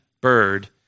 bird